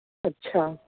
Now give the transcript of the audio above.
ਅੱਛਾ